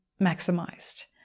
maximized